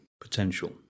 potential